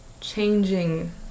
changing